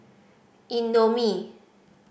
indomie